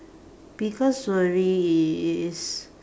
biggest worry is